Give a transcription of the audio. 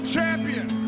Champion